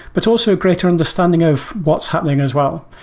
but also a greater understanding of what's happening as well.